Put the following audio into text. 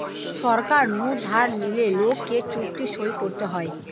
সরকার নু ধার লিলে লোককে চুক্তি সই করতে হয়